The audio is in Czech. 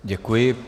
Děkuji.